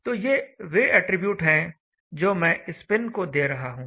तो ये वे अटरीब्यूट हैं जो मैं इस पिन को दे रहा हूं